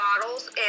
bottles